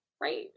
right